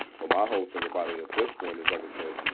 but my whole thing about it at this point is, like i said,